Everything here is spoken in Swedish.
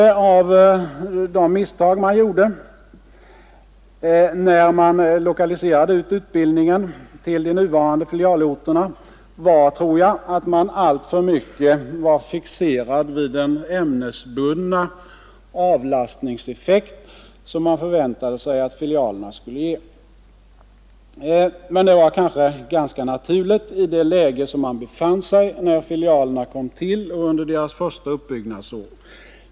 Ett av de misstag man gjorde, när man lokaliserade ut utbildningen till de nuvarande filialorterna var, tror jag, att man alltför mycket var fixerad vid den ämnesbundna avlastningseffekt som man förväntade sig att filialerna skulle ge. Men det var kanske ganska naturligt i det läge som man befann sig i när filialerna kom till och under deras första uppbyggnadsår.